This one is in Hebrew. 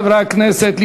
חברי הכנסת,